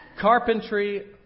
Carpentry